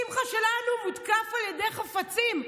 שמחה שלנו מותקף על ידי חפצים.